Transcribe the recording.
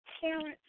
parents